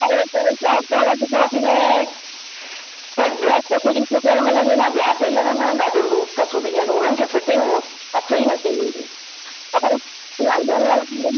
पर सौ चारि सौ वधीक वठिजाइ पर ड्रैस त तुंहिंजी सुबियल मिलंदी न ॿिया टेलर न ॾाढो लूज़ था सुबी ॾियनि हुननि खे फिटिंग अचेई नथी मुंहिंजी